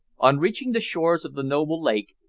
on reaching the shores of the noble lake,